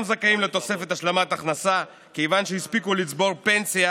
זכאים לתוספת השלמת הכנסה כיוון שהספיקו לצבור פנסיה